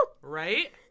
Right